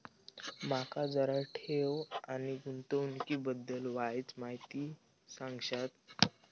माका जरा ठेव आणि गुंतवणूकी बद्दल वायचं माहिती सांगशात?